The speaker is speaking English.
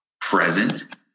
present